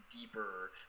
deeper